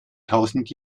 tausend